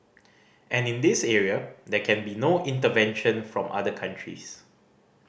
and in this area there can be no intervention from other countries